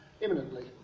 imminently